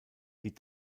die